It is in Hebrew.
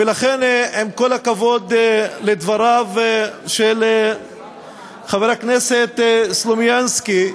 ולכן, עם כל הכבוד לדבריו של חבר הכנסת סלומינסקי,